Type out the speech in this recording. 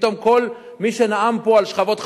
פתאום כל מי שנאם פה על שכבות חלשות,